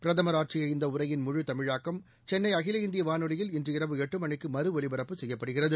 பிரதமர் ஆற்றிய இந்த உரையின் முழு தமிழாக்கம் சென்னை அகில இந்திய வானொலியில் இன்று இரவு எட்டு மணிக்கு மறு ஒலிபரப்பு செய்யப்படுகிறது